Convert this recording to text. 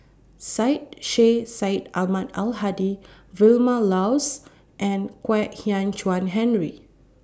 Syed Sheikh Syed Ahmad Al Hadi Vilma Laus and Kwek Hian Chuan Henry